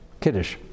kiddush